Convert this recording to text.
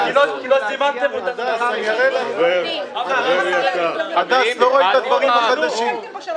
כי לא זימנתם אותנו ------ איפה הייתם שלוש שנים